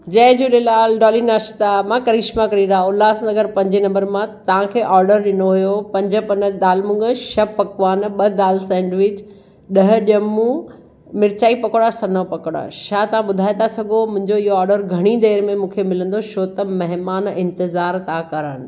जय झूलेलाल डोली नाश्ता मां करिश्मा करेगा उल्हासनगर पंजे नंबर मां तव्हांखे ऑडर ॾिनो हुओ पंज पन दाल मूङश छह पकवान ॿ दाल सेंडविच ॾह ॼमूं मिर्च ई पकोड़ा सन्हा पकोड़ा छा तव्हां ॿुधाए था सघो मुंहिंजो इहा ऑडर घणी देरि में मूंखे मिलंदो छो त महिमान इंतिज़ार त करणु